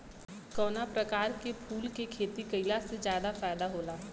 कवना प्रकार के फूल के खेती कइला से ज्यादा फायदा होला?